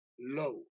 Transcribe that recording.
low